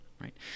right